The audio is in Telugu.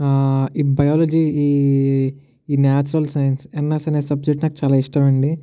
ఈ బయాలజీ ఈ నాచురల్ సైన్స్ ఎన్ఎస్ అనే సబ్జెక్ట్ నాకు చాలా ఇష్టము అండి